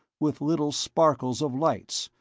with little sparkles of lights,